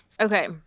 okay